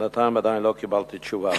בינתיים עדיין לא קיבלתי תשובה.